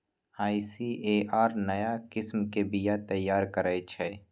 ICAR नया किस्म के बीया तैयार करै छै